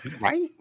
Right